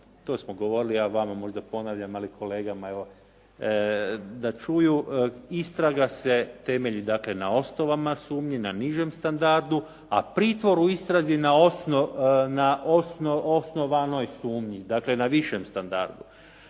to smo govoriti ja vama možda ponavljam, ali kolegama evo da čuju. Istraga se temelji dakle na osnovama sumnji, na nižem standardu, a pritvor u istrazi na osnovanoj sumnji, dakle na višem standardu.